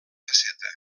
faceta